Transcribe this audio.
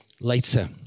later